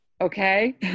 okay